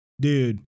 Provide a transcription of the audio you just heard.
dude